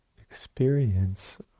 experience